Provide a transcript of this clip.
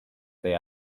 they